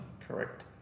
correct